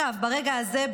ברגע הזה,